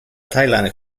thailand